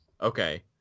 Okay